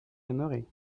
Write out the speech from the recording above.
aimeraient